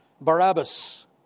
Barabbas